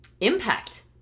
impact